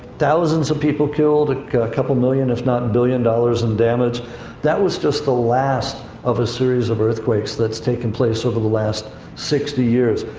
thousands of people killed, a couple million, if not billion dollars in damage that was just the last of a series of earthquakes that's taken place over the last sixty years.